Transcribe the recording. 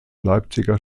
leipziger